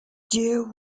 deer